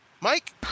Mike